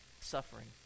suffering